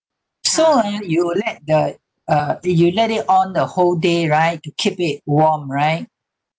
so ah you let the uh you let it on the whole day right to keep it warm right